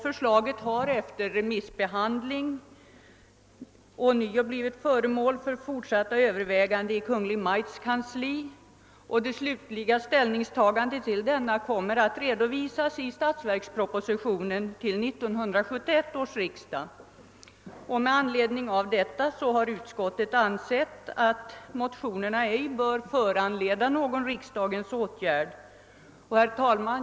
Förslaget har efter remissbehandling blivit föremål för fortsatta överväganden i Kungl. Maj:ts kansli, och det slutliga ställningstagandet till detsamma, kommer att redovisas i statsverkspropositionen till 1971 års riksdag. Med anledning av detta har utskottet ansett att motionerna ej bör föranleda någon riksdagens åtgärd. Herr talman!